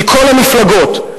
מכל המפלגות.